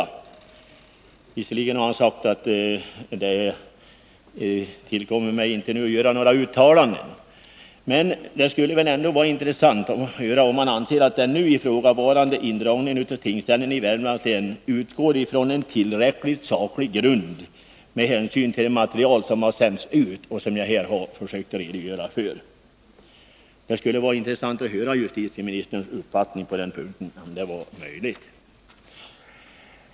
Han har visserligen sagt att det inte ankommer på honom att nu göra några uttalanden, men det skulle ändå vara intressant att få höra om han anser att den här ifrågavarande indragningen av tingsställen i Värmlands län utgår från en tillräckligt saklig grund med tanke på det material som har sänts ut och som jag här har försökt redogöra för. Jag skulle uppskatta att få ta del av justitieministerns uppfattning på den punkten, om det är möjligt.